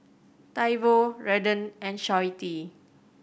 Toivo Redden and Shawnte